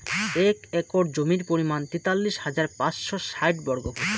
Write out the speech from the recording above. এক একর জমির পরিমাণ তেতাল্লিশ হাজার পাঁচশ ষাইট বর্গফুট